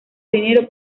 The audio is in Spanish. dinero